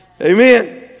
Amen